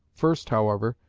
first, however,